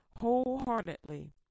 wholeheartedly